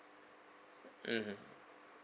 mmhmm